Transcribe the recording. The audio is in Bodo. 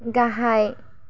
गाहाय